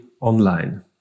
online